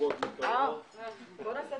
ננעלה